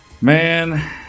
Man